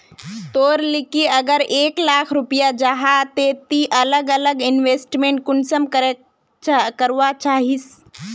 तोर लिकी अगर एक लाख रुपया जाहा ते ती अलग अलग इन्वेस्टमेंट कुंसम करे करवा चाहचिस?